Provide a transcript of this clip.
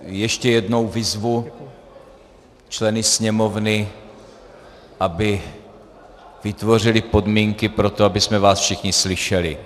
Ještě jednou vyzvu členy Sněmovny, aby vytvořili podmínky pro to, abychom vás všichni slyšeli.